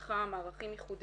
לא מחכים רגע אחד